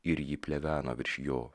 ir ji pleveno virš jo